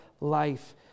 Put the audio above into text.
life